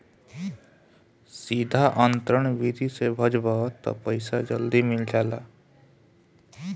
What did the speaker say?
सीधा अंतरण विधि से भजबअ तअ पईसा जल्दी मिल जाला